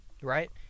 right